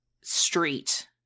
street